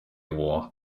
war